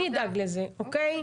אוקיי?